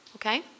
Okay